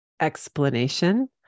explanation